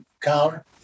counter